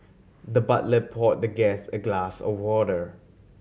the butler pour the guest a glass of water